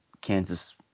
Kansas